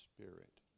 Spirit